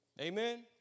Amen